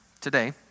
today